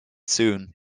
soon